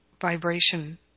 vibration